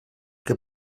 que